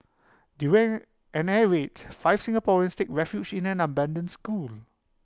during an air raid five Singaporeans take refuge in an abandoned school